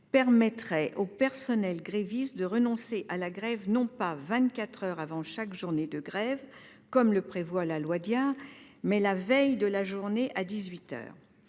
permettrait au personnel gréviste de renoncer à la grève, non pas vingt-quatre heures avant chaque journée de grève, comme le prévoit la loi Diard, mais la veille de la journée, à dix-huit heures.